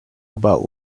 about